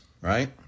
Right